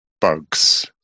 bugs